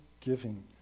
giving